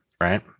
Right